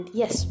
yes